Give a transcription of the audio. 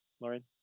Lauren